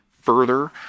further